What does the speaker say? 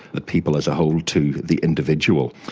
the people as a whole, to the individual.